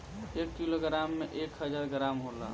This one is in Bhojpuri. एक किलोग्राम में एक हजार ग्राम होला